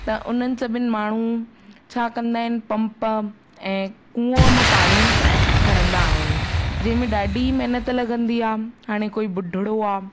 त उन्हनि सभिनि माण्हू छा कंदा आहिनि पंप ऐं कुआं मां पाणी खणंदा आहिनि जंहिंमें ॾाढी महिनत लगंदी आहे हाणे कोई ॿुढड़ो आहे